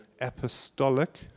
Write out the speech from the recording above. apostolic